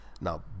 Now